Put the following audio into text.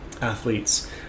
athletes